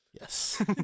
Yes